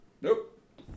Nope